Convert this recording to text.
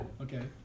Okay